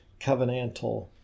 covenantal